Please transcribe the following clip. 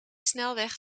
snelweg